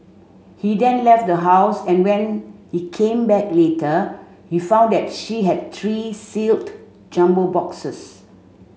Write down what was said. he then left the house and when he came back later he found that she had three sealed jumbo boxes